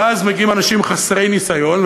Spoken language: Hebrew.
ואז מגיעים אנשים חסרי ניסיון,